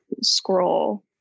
scroll